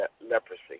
leprosy